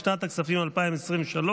לשנת הכספים 2023,